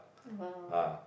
!wow!